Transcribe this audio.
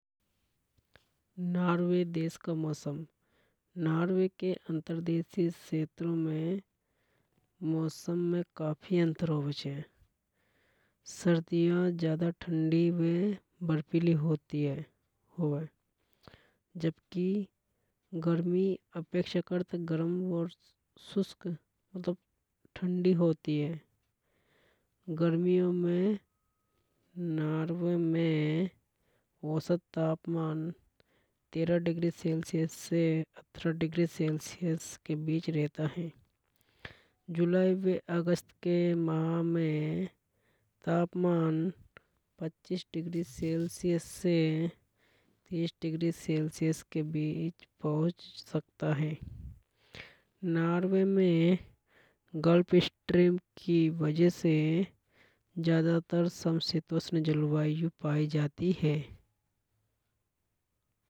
नार्वे देश का मौसम नार्वे के अंतर्देशीय क्षेत्रों में काफी अंतर होवे छे सर्दियां ज्यादा ठंडी में बर्फीली होती हे होवे जबकि गर्मी अपेक्षाकृत गर्म व शुष्क मतलब ठंडी होती है। गर्मियों में नार्वे में औसत तापमान तेरा डिग्री सेल्सियस से अठारह डिग्री सेल्सियस के बीच रहता है। जुलाई व अगस्त के माह में तापमान पच्चीस डिग्री सेल्सियस से तीस डिग्री सेल्सियस के बीच पहुंच सकता हे नार्वे में की वजह से ज्यादातर समशीतोष्ण जलवायु पाई जाती है।